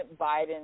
Biden